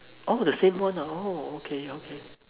oh the same one ah oh okay okay